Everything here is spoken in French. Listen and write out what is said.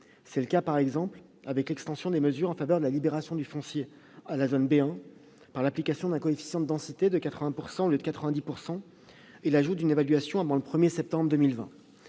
pense en particulier à l'extension des mesures en faveur de la libération du foncier à la zone B1, par l'application d'un coefficient de densité de 80 %, au lieu de 90 %, et l'ajout d'une évaluation avant le 1 septembre 2020.